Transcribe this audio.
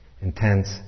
intense